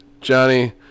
Johnny